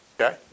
Okay